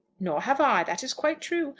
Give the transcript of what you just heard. nor have i. that is quite true.